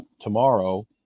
tomorrow